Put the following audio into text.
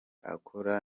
akora